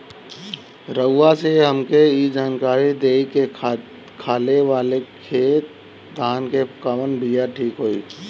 रउआ से हमके ई जानकारी देई की खाले वाले खेत धान के कवन बीया ठीक होई?